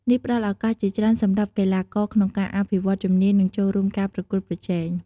នេះផ្តល់ឱកាសជាច្រើនសម្រាប់កីឡាករក្នុងការអភិវឌ្ឍជំនាញ និងចូលរួមការប្រកួតប្រជែង។